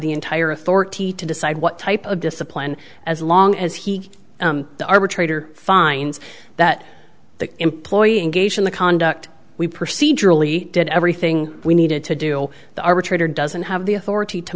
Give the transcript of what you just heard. the entire authority to decide what type of discipline as long as he the arbitrator finds that the employee engaged in the conduct we proceed really did everything we needed to do the arbitrator doesn't have the authority to